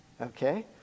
Okay